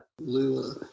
Lula